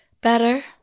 better